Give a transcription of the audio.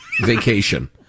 vacation